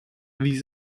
wie